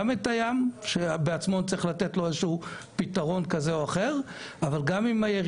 יש למצוא פתרון שישקם את הים ובמקביל להילחם